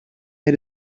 had